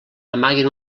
amaguen